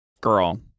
Girl